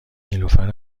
نیلوفر